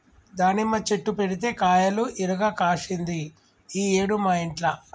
దానిమ్మ చెట్టు పెడితే కాయలు ఇరుగ కాశింది ఈ ఏడు మా ఇంట్ల